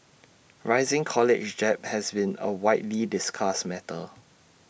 rising college has been A widely discussed matter